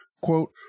quote